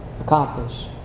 accomplish